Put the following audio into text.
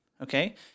okay